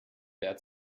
bert